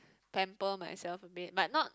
pamper myself a bit but not